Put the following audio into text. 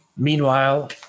Meanwhile